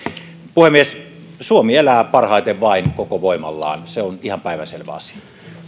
puhemies suomi elää parhaiten vain koko voimallaan se on ihan päivänselvä asia